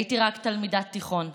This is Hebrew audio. הייתי רק תלמידת תיכון,